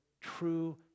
true